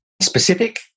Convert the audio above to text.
specific